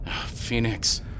Phoenix